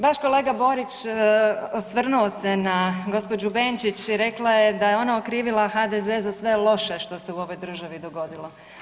Vaš kolega Borić osvrnuo se na gospođu Benčić i rekla je da je ona okrivila HDZ za sve loše što se u ovoj državi dogodilo.